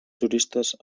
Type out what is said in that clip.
juristes